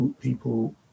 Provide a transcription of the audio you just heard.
people